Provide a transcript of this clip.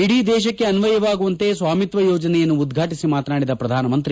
ಇಡೀ ದೇಶಕ್ಕೆ ಅನ್ವಯವಾಗುವಂತೆ ಸ್ವಾಮಿತ್ವ ಯೋಜನೆಯನ್ನು ಉದ್ವಾಟಿಸಿ ಮಾತನಾಡಿದ ಪ್ರಧಾನಮಂತ್ರಿ